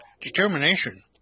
determination